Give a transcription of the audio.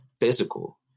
physical